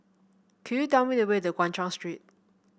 could you tell me the way to Guan Chuan Street